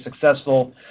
successful